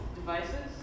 devices